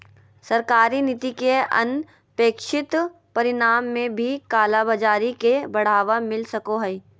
सरकारी नीति के अनपेक्षित परिणाम में भी कालाबाज़ारी के बढ़ावा मिल सको हइ